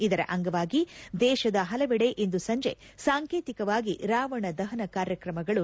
ಇದರ ಅಂಗವಾಗಿ ದೇಶದ ಹಲವೆಡೆ ಇಂದು ಸಂಜೆ ಸಾಂಕೇತಿಕವಾಗಿ ರಾವಣ ದಹನ ಕಾರ್ಯಕ್ರಮಗಳು ನಡೆಯಲಿವೆ